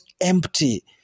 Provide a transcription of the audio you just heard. empty